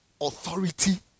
authority